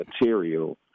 material